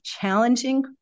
challenging